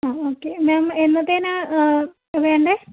ആ okay ma'am എന്നത്തേനാണ് വേണ്ടത്